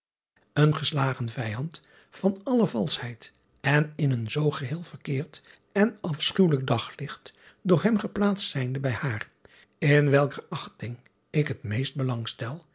en geslagen vijand van alle valschheid en in een zoo geheel verkeerd en afschuwelijk daglicht door hem geplaatst zijnde bij haar in welker achting ik het meest